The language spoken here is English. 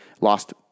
Lost